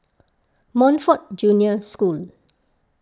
Montfort Junior School